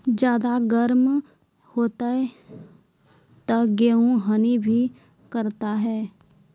ज्यादा गर्म होते ता गेहूँ हनी भी करता है?